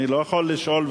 אני לא יכול לשאול,